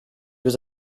was